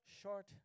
short